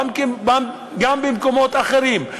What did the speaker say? גם במקומות אחרים.